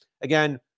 again